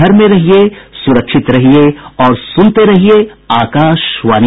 घर में रहिये सुरक्षित रहिये और सुनते रहिये आकाशवाणी